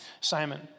Simon